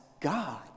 God